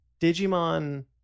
Digimon